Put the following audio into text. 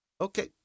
Okay